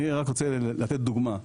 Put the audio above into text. אני רק רוצה לתת דוגמה,